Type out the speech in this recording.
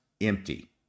empty